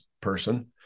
person